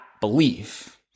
belief